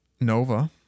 Nova